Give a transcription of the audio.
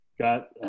got –